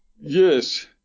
Yes